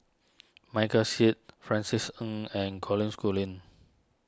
Michael Seet Francis Ng and Colin Schooling